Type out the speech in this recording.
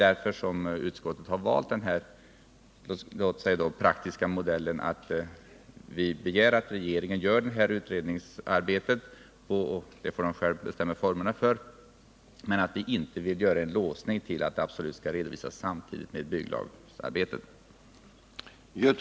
Därför har utskottet valt den praktiska modellen och begärt att regeringen skall göra utredningsarbetet, för vilket den själv får bestämma formerna. Men vi vill inte göra en låsning till att resultatet absolut skall redovisas samtidigt med bygglagarbetet.